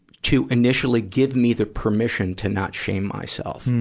to initially give me the permission to not shame myself,